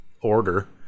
order